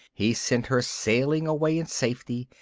he sent her sailing away in safety,